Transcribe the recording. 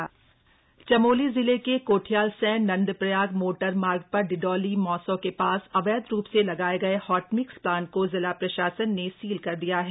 hot mix plant Chamoli जिले के कोठियालसैंण नंदप्रयाग मोटरमार्ग पर डिडोली मासौं के पास अवैध रूप से लगाए गए हॉटमिक्स प्लांट को जिला प्रशासन ने सील कर दिया है